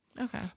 Okay